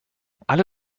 alle